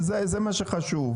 זה מה שחשוב.